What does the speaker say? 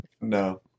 No